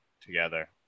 together